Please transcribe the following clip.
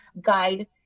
guide